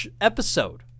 episode